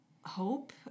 hope